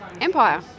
empire